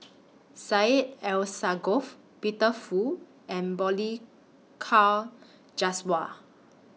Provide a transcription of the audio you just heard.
Syed Alsagoff Peter Fu and Balli Kaur Jaswal